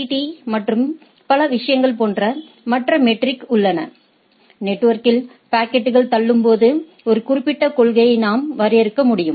D மற்றும் பல விஷயங்கள் போன்ற மற்ற மெட்ரிக்கள் உள்ளன நெட்வொர்க்கில் பாக்கெட்டுகள் தள்ளும்போது ஒரு குறிப்பிட்ட கொள்கையை நாம் வரையறுக்க முடியும்